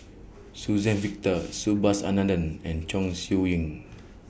Suzann Victor Subhas Anandan and Chong Siew Ying